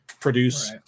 produce